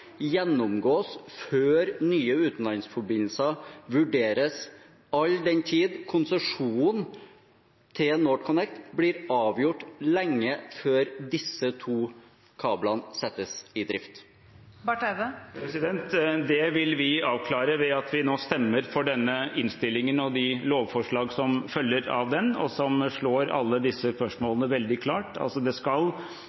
gjennomgås før nye utenlandsforbindelser vurderes, all den tid konsesjonen til NorthConnect blir avgjort lenge før disse to kablene settes i drift? Det vil vi avklare ved at vi nå stemmer for denne innstillingen og de lovforslag som følger av den, og som slår fast alle disse